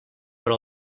però